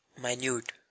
Minute